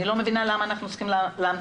אני לא מבינה למה אנחנו צריכים להמתין.